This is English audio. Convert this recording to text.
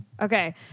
Okay